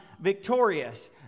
victorious